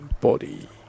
body